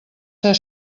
ser